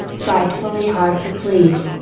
frightfully hard to please,